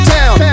Town